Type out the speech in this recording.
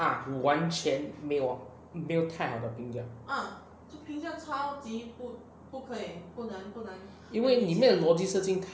啊完全没有没有太好的印象因为里面的逻辑设计